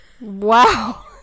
wow